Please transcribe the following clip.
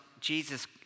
Jesus